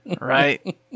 Right